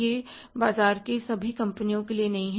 यह बाजार की सभी कंपनियों के लिए है